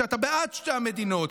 שאתה בעד שתי המדינות,